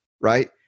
right